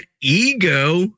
ego